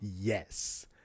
yes